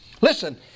Listen